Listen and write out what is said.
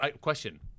question